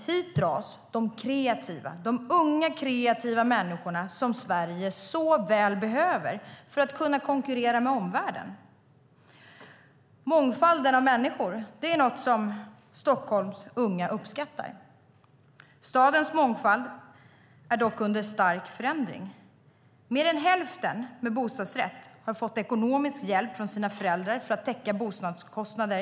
Hit dras de unga kreativa människor som Sverige så väl behöver för att kunna konkurrera med omvärlden. Mångfalden av människor är något som Stockholms unga uppskattar. Stadens mångfald är dock under stark förändring. Mer än hälften med bostadsrätt har fått ekonomisk hjälp från sina föräldrar för att täcka bostadskostnader.